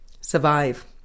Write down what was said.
Survive